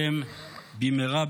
מי אמר?